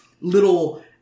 little